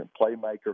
playmaker